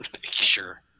sure